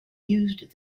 used